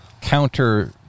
counter